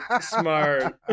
smart